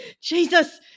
Jesus